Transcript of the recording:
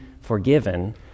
forgiven